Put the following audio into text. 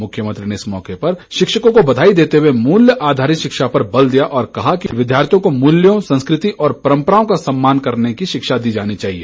मुख्यमंत्री ने इस मौके पर शिक्षकों को बधाई देते हुए मूल्य आधारित शिक्षा पर बल दिया और कहा कि विद्यार्थियों को मूल्यों संस्कृति और परंपराओं का सम्मान करने की शिक्षा दी जानी चाहिए